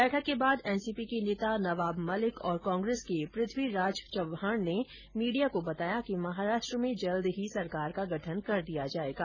बैठक के बाद एनसीपी के नेता नवाब मलिक और कांग्रेस के पृथ्वी राज चव्हाण ने मीडिया को बताया कि महाराष्ट्र में जल्द ही सरकार का गठन कर दिया जायेगा